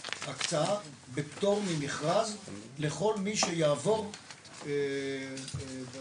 הקצאה בפטור ממכרז לכל מי שיעבור בוועדות.